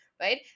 right